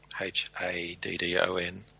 H-A-D-D-O-N